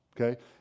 Okay